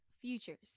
Futures